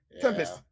Tempest